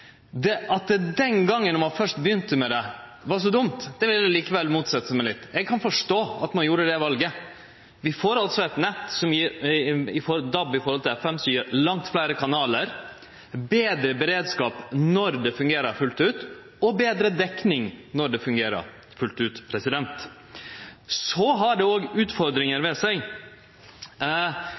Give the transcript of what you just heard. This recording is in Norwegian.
det var så dumt den gongen når ein først begynte med det, vil eg likevel motsetje meg. Eg kan forstå at ein gjorde det valet. Vi får eit nett som samanlikna med FM gjev oss langt fleire kanalar, betre beredskap når det fungerer fullt ut, og betre dekning når det fungerer fullt ut. Så har det òg utfordringar ved seg.